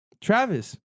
Travis